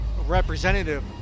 representative